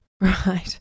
Right